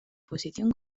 posición